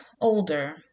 older